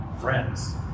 friends